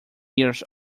years